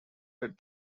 that